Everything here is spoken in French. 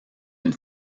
une